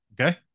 Okay